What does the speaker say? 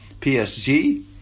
PSG